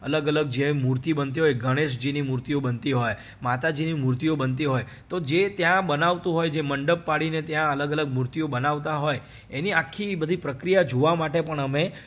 અલગ અલગ જે મૂર્તિ બનતી હોય ગણેશજીની મૂર્તિઓ બનતી હોય માતાજીની મૂર્તિઓ બનતી હોય તો જે ત્યાં બનાવતું હોય જે મંડપ પાડીને ત્યાં અલગ અલગ મૂર્તિઓ બનાવતાં હોય એની આખી બધી પ્રક્રિયા જોવા માટે પણ અમે